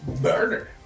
murder